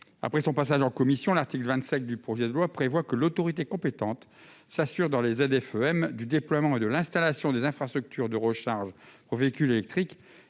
Après son passage en commission, l'article 27 du projet de loi prévoit que, dans les ZFE-m, « l'autorité compétente s'assure du déploiement et de l'installation des infrastructures de recharge pour véhicules électriques